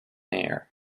air